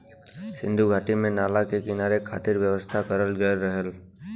सिन्धु घाटी में नाला के निकले खातिर व्यवस्था करल गयल रहल